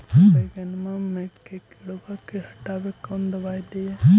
बैगनमा के किड़बा के हटाबे कौन दवाई दीए?